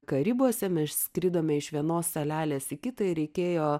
karibuose išskridome iš vienos salelės į kitą ir reikėjo